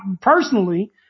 personally